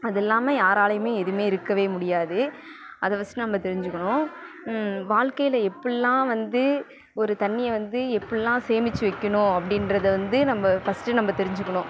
அது இல்லாமல் யாராலையுமே எதுவுமே இருக்கவே முடியாது அதை ஃபஸ்ட்டு நம்ம தெரிஞ்சுக்கணும் வாழ்க்கையில எப்படிலாம் வந்து ஒரு தண்ணியை வந்து எப்படிலாம் சேமிச்சு வெக்கணும் அப்படின்றத வந்து நம்ப ஃபஸ்ட்டு நம்ப தெரிஞ்சுக்கணும்